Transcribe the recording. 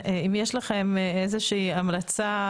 יש לכם איזושהי המלצה,